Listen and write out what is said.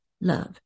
love